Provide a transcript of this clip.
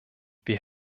wir